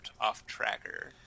off-tracker